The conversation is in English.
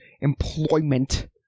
employment